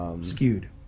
Skewed